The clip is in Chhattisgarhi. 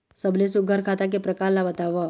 सबले सुघ्घर खाता के प्रकार ला बताव?